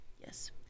yes